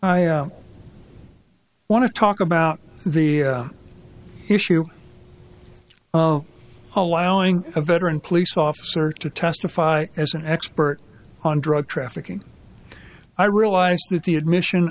i want to talk about the issue allowing a veteran police officer to testify as an expert on drug trafficking i realize that the admission